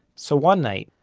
so one night,